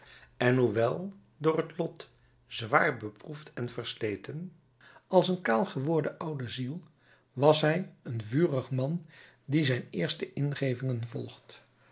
en hoewel door het lot zwaar beproefd en versleten als een kaal geworden oude ziel was hij een vurig man die zijn eerste ingevingen volgt